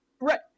right